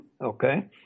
okay